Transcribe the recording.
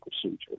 procedure